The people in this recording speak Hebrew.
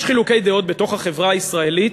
יש חילוקי דעות בתוך החברה הישראלית,